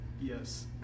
yes